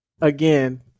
Again